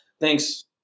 Thanks